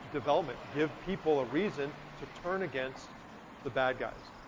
development, give people a reason to turn against the bad guys.